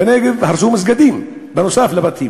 בנגב הרסו מסגדים נוסף על בתים,